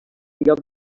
lloc